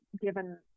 given